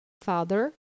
father